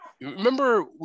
Remember